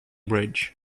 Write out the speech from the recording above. bridge